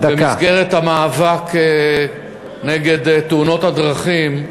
במסגרת המאבק בתאונות הדרכים,